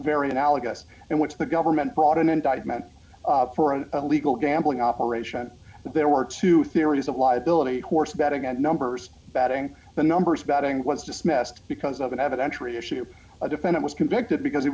very analogous and which the government brought in indictment for an illegal gambling operation there were two theories of liability quartz betting and numbers betting the number of betting was dismissed because of an evidentiary issue i defended was convicted because he